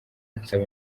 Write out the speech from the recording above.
nsaba